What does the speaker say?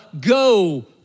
go